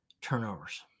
turnovers